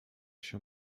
się